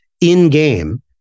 in-game